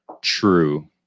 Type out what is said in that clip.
True